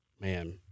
Man